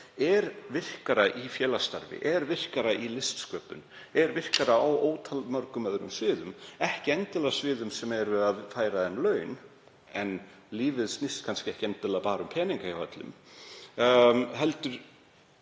er virkara í félagsstarfi, er virkara í listsköpun, er virkara á ótal mörgum öðrum sviðum — ekki endilega á sviðum sem færa því laun en lífið snýst kannski ekki endilega bara um peninga hjá öllum, heldur